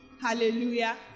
hallelujah